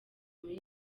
muri